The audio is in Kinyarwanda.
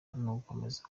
nakomeze